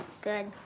Good